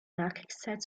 nachkriegszeit